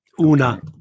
Una